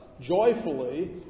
joyfully